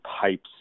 pipes